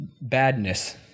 badness